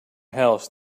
house